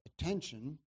attention